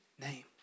name